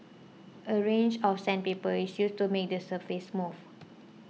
a range of sandpaper is used to make the surface smooth